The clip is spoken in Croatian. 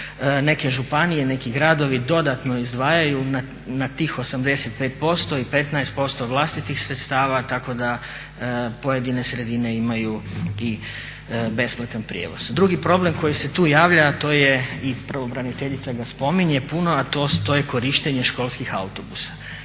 Neke županije i neki gradovi dodatno izdvajaju na tih 85% i 15% vlastitih sredstava tako da pojedine sredine imaju i besplatan prijevoz. Drugi problem koji se tu javlja a to je i pravobraniteljica ga spominje puno a to je korištenje školskih autobusa.